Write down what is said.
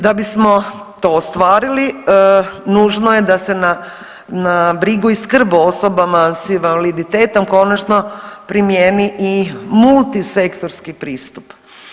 Da bismo to ostvarili nužno je da se na brigu i skrb o osobama sa invaliditetom konačno primijeni i multi sektorski pristup.